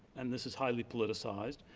and this is highly politicized,